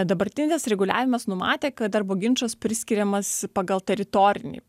dabartinis reguliavimas numatė kad darbo ginčas priskiriamas pagal teritorinį